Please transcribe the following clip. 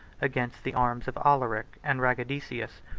against the arms of alaric and radagaisus,